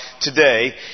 today